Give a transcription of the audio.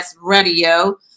radio